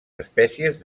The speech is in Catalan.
espècies